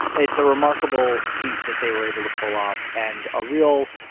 it's a remarkable feat that they were able to pull off and a real,